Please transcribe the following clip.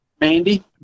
Mandy